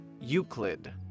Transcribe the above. Euclid